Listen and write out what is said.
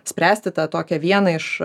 spręsti tą tokią vieną iš